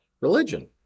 religion